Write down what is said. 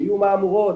יהיו מהמורות